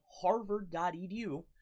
Harvard.edu